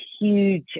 huge